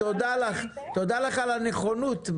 תודה לך על הנכונות.